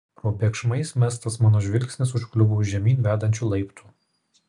probėgšmais mestas mano žvilgsnis užkliuvo už žemyn vedančių laiptų